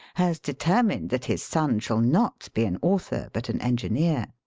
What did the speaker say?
has determined that his son shall not be an author but an engineer.